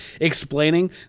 explaining